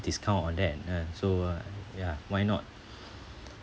discount on that uh so uh yeah why not